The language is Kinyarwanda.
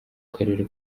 karere